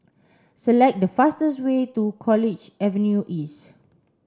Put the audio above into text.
select the fastest way to College Avenue East